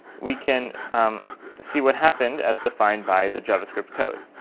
we can see what happened as defined by the javascript code.